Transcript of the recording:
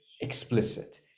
explicit